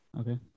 Okay